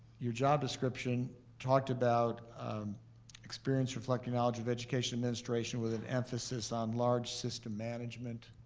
your job description talked about experience reflecting knowledge of education administration with an emphasis on large system management.